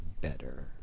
better